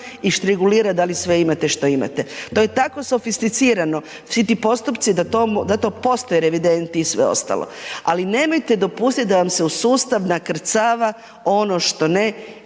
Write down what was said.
i štrigulira da li sve imate što imate. To je tako sofisticirano svi ti postupci da to postoji revident i sve ostalo. Ali nemojte dopustiti da vam se u sustav nakrcava ono što ne